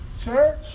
Church